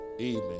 Amen